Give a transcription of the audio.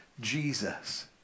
Jesus